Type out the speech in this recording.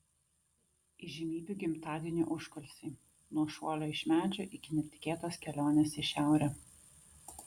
įžymybių gimtadienių užkulisiai nuo šuolio iš medžio iki netikėtos kelionės į šiaurę